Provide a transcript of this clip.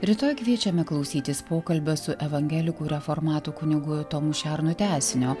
rytoj kviečiame klausytis pokalbio su evangelikų reformatų kunigu tomu šernu tęsinio